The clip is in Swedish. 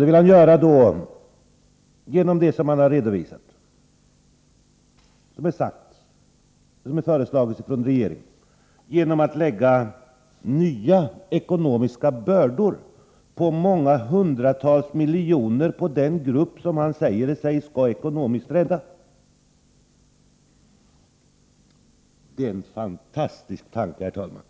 Det vill han göra med hjälp av de åtgärder som han här har redovisat och som föreslagits från regeringen — genom att lägga nya ekonomiska bördor på många hundratals miljoner kronor på den grupp som han säger sig skola ekonomiskt rädda! Det är en fantastisk tanke, herr talman,